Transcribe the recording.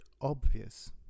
obvious